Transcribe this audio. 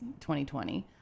2020